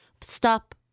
Stop